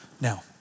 Now